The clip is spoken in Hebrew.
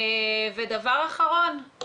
דבר אחרון,